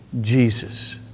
Jesus